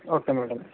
okay madam